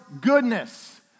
goodness